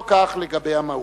לא כך לגבי המהות.